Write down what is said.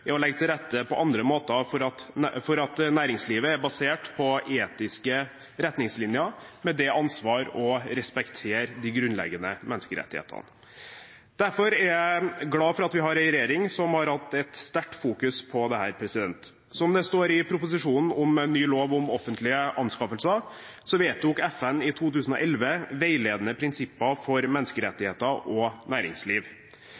å legge til rette på andre måter for at næringslivet skal være basert på etiske retningslinjer, med ansvar for å respektere de grunnleggende menneskerettighetene. Derfor er jeg glad for at vi har en regjering som har fokusert sterkt på dette. Som det står i proposisjonen om ny lov om offentlige anskaffelser, vedtok FN i 2011 veiledende prinsipper for